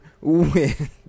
win